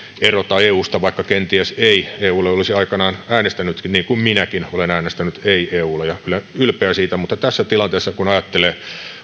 erota eusta vaikka kenties ei eulle olisi aikanaan äänestänytkin niin kuin minäkin olen äänestänyt ei eulle ja olen kyllä ylpeä siitä mutta tässä tilanteessa kun ajattelee